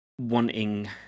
wanting